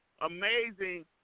amazing